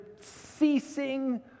ceasing